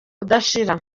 udashira